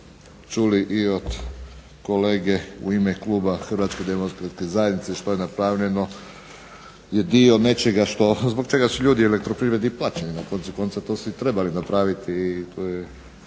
čuli i od kolege u ime kluba Hrvatske demokratske zajednice, što je napravljeno je dio nečega što, zbog čega su ljudi u elektroprivredi i plaćeni, na koncu konca to su i trebali napraviti i tu je